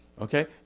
Okay